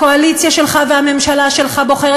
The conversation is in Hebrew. הקואליציה שלך והממשלה שלך בוחרים